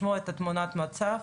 לשמוע מהי תמונת המצב